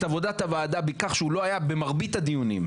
עבודת הוועדה בכך שלא היה במרבית הדיונים.